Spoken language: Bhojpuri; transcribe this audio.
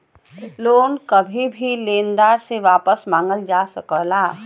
लोन कभी भी लेनदार से वापस मंगल जा सकला